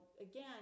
again